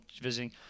visiting